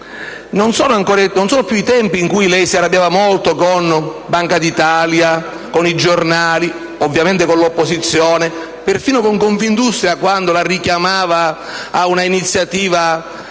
Non sono più i tempi in cui lei si arrabbiava molto con la Banca d'Italia, con i giornali, ovviamente con l'opposizione, perfino con Confindustria, quando la richiamava ad una iniziativa